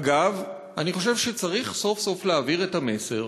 אגב, אני חושב שצריך סוף-סוף להעביר את המסר